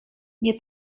nie